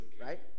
right